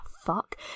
fuck